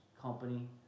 company